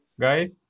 guys